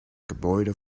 gebäude